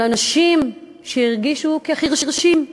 עם אנשים שהרגישו כחירשים,